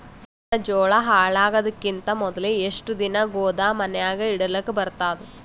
ನನ್ನ ಜೋಳಾ ಹಾಳಾಗದಕ್ಕಿಂತ ಮೊದಲೇ ಎಷ್ಟು ದಿನ ಗೊದಾಮನ್ಯಾಗ ಇಡಲಕ ಬರ್ತಾದ?